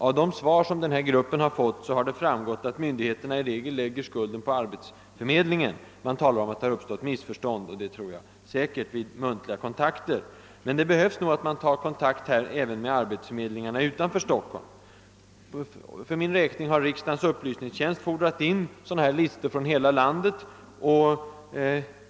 Av de svar som denna grupp har fått har framgått att myndigheterna i regel lägger skulden på arbetsförmedlingarna — man talar om att det uppstått missförstånd, och det kan det säkert ha gjort vid muntliga kontakter. Man behöver säkerligen ta kontakt också med arbetsförmedlingarna utanför Stockholm. För min räkning har riksdagens upplysningstjänst fordrat in listor från hela landet.